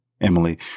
Emily